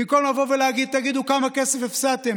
במקום לבוא ולהגיד: תגידו כמה כסף הפסדתם,